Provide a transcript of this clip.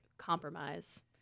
compromise